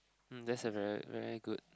mm that's a very very good